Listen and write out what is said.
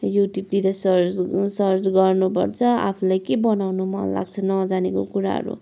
युट्युबतिर search search गर्नुपर्छ आफूलाई के बनाउनु मन लाग्छ नजानेको कुराहरू